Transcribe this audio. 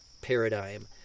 paradigm